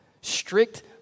Strict